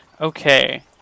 Okay